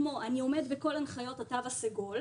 כמו: אני עומד בכל הנחיות התו הסגול,